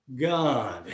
God